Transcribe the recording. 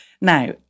Now